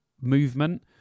movement